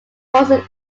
forces